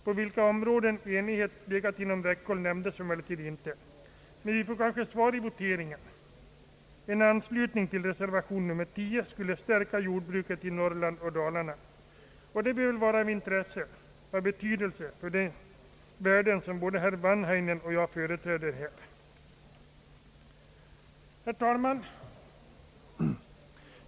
På vilka områden enighet legat inom räckhåll nämndes emellertid inte. Men vi får kanske svar vid voteringen. En anslutning till reservation nr 10 skulle stärka jordbruket i Norrland och Dalarna, och detta bör vara av betydelse för de intressen som både herr Wanhainen och jag företräder i detta sammanhang. Herr talman!